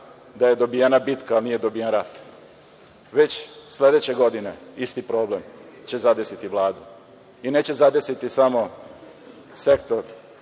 da je dobijena bitka, ali nije dobijen rat. Već sledeće godine isti problem će zadesiti Vladu, i neće zadesiti samo Sektor